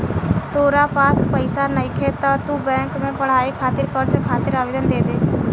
तोरा पास पइसा नइखे त तू बैंक में पढ़ाई खातिर कर्ज खातिर आवेदन दे दे